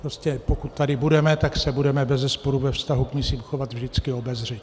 Prostě pokud tady budeme, tak se budeme bezesporu ve vztahu k misím chovat vždycky obezřetně.